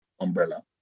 Umbrella